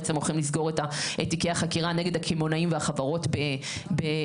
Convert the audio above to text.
בעצם הולכים לסגור את תיקי החקירה נגד הקמעונאים והחברות בעיצומים.